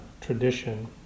tradition